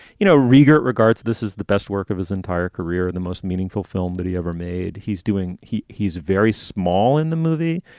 you know, rieger regards this is the best work of his entire career. and the most meaningful film that he ever made. he's doing he he's very small in the movie.